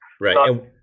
Right